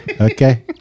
Okay